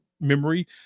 memory